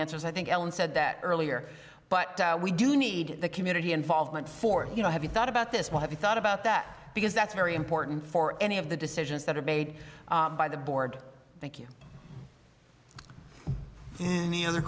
answers i think ellen said that earlier but we do need the community involvement for it you know have you thought about this why have you thought about that because that's very important for any of the decisions that are made by the board thank you the